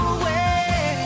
away